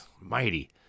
mighty